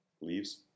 leaves